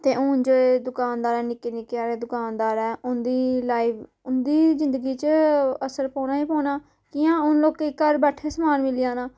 ते हून जे दुकानदारें निक्के निक्के हारे दुकानदार ऐ उं'दी लाइफ उं'दी जिंदगी च असर पौना ही पौना कियां हून लोकें गी घर बैठे दे समान मिली जाना